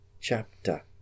chapter